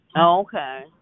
okay